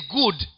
good